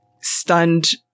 stunned